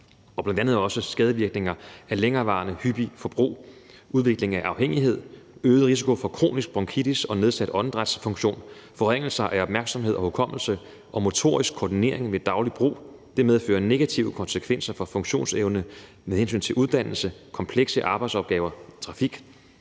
også skadevirkninger af længerevarende, hyppigt forbrug: udvikling af afhængighed, øget risiko for kronisk bronkitis og nedsat åndedrætsfunktion, forringelse af opmærksomhed og hukommelse og motorisk koordinering ved dagligt brug. Det medfører negative konsekvenser for funktionsevne med hensyn til uddannelse, komplekse arbejdsopgaver og trafik,